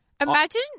Imagine